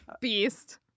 beast